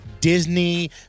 Disney